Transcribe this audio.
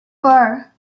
four